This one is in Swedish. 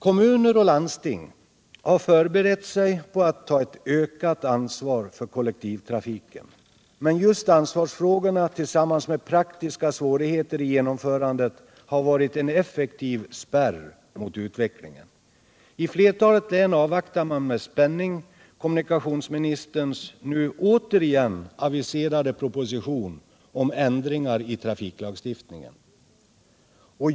Kommuner och landsting har föreberett sig på att ta ett ökat ansvar för kollektivtrafiken, men just ansvarsfrågorna tillsammans med praktiska svårigheter i genomförandet har varit en effektiv spärr mot utvecklingen. I flertalet län avvaktar man med spänning kommuniktionsministerns nu återigen aviserade proposition om ändringar i trafiklagstiftningen.